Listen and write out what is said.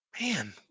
man